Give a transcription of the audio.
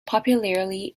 popularity